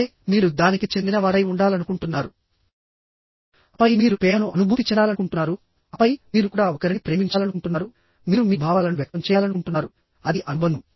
సరే మీరు దానికి చెందినవారై ఉండాలనుకుంటున్నారు ఆపై మీరు పేమను అనుభూతి చెందాలనుకుంటున్నారు ఆపై మీరు కూడా ఒకరిని ప్రేమించాలనుకుంటున్నారు మీరు మీ భావాలను వ్యక్తం చేయాలనుకుంటున్నారు అది అనుబంధం